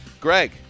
Greg